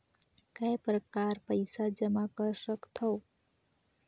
काय प्रकार पईसा जमा कर सकथव?